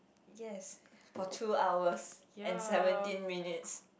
yes for two hours and seventeen minutes